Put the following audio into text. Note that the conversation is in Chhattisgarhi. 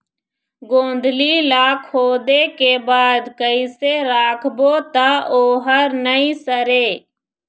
गोंदली ला खोदे के बाद कइसे राखबो त ओहर नई सरे?